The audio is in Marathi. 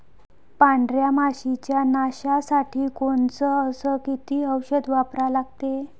पांढऱ्या माशी च्या नाशा साठी कोनचं अस किती औषध वापरा लागते?